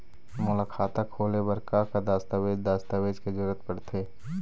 मोला खाता खोले बर का का दस्तावेज दस्तावेज के जरूरत पढ़ते?